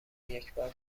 یکبار